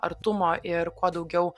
artumo ir kuo daugiau